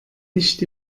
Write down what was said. nicht